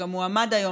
שגם מועמד היום